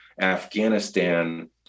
Afghanistan